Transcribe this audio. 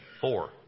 four